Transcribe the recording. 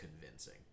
convincing